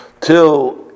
till